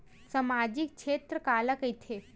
सामजिक क्षेत्र काला कइथे?